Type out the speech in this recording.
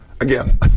again